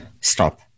stop